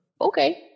okay